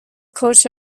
coach